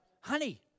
honey